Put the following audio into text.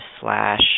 slash